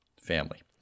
family